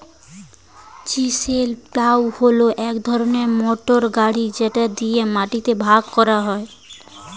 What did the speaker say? chisel plough হল এক ধরনের মোটর গাড়ি যেটা দিয়ে মাটিকে ভাগ করা যায়